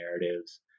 narratives